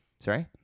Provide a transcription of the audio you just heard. Sorry